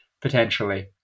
potentially